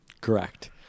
Correct